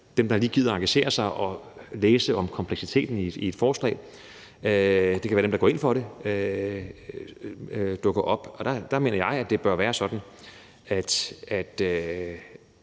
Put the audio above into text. dem, der lige gider engagere sig og læse om kompleksiteten i et forslag, der stemmer. Det kan være, at dem, der går ind for det, dukker op. Der mener jeg, at det bør være sådan, at